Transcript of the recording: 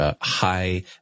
high